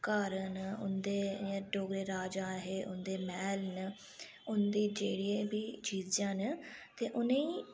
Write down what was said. घर न उं'दे डोगरे राजा हे उं'दे मैह्ल न उंदी जेह्ड़ियां बी चीज़ां न ते उ'नेंगी